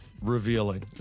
Revealing